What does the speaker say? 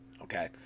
okay